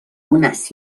unas